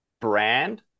brand